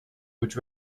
which